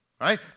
right